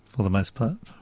for the most part.